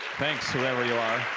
thanks whoever you are.